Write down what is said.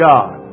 God